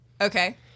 Okay